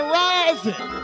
rising